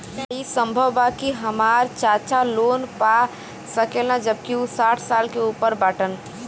का ई संभव बा कि हमार चाचा लोन पा सकेला जबकि उ साठ साल से ऊपर बाटन?